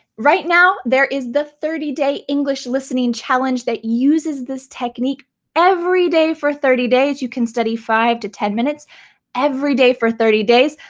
right now there is the thirty day english listening challenge that uses this technique every day for thirty days. you can study five to ten minutes every day for thirty days.